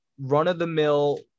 run-of-the-mill